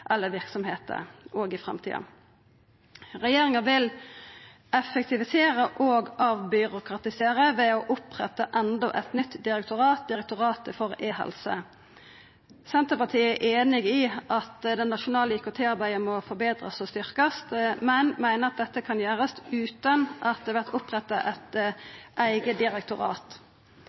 eller verksemder òg i framtida. Regjeringa vil effektivisera og avbyråkratisera ved å oppretta enda eit nytt direktorat, Direktoratet for e-helse. Senterpartiet er einig i at det nasjonale IKT-arbeidet må forbetrast og styrkjast, men meiner at dette kan gjerast utan at det vert oppretta eit eige direktorat.